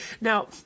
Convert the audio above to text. Now